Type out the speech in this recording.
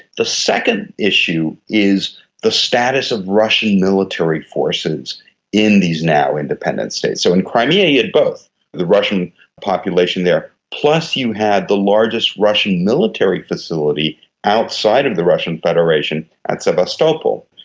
the second issue is the status of russian military forces in these now independent states. so in crimea you had both the russian population there, plus you had the largest russian military facility outside of the russian federation at sevastopol.